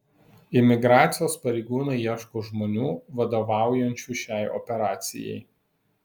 imigracijos pareigūnai ieško žmonių vadovaujančių šiai operacijai